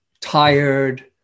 tired